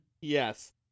Yes